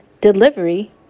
delivery